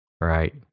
Right